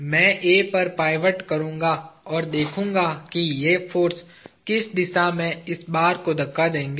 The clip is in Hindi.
मैं A पर पाइवोट करूँगा और देखूंगा कि ये फाॅर्स किस दिशा में इस बार को धक्का देंगे